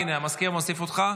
הינה, המזכיר מוסיף אותך.